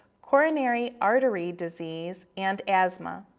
coronary artery disease and asthma.